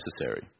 necessary